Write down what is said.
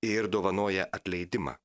ir dovanoja atleidimą